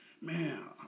man